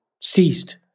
ceased